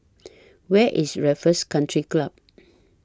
Where IS Raffles Country Club